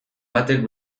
batek